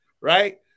Right